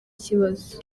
ikibazo